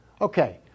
Okay